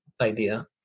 idea